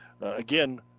again